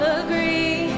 agree